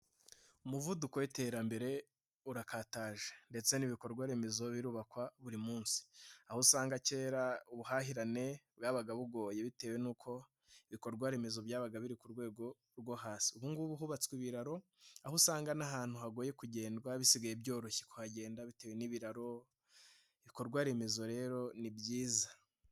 Umuvuduko w'iterambere urakataje ndetse n'ibikorwa remezo birubakwa buri munsi aho usanga kera ubuhahirane bwabaga bugoye bitewe n'uko ibikorwaremezo byabaga biri ku rwego rwo hasi ubungubu hubatswe ibiraro aho usanga ahantu hagoye kugendwa bisigaye byoroshye kuhagenda bitewe n'ibiraro ibikorwaremezo rero ni byiza.